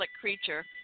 creature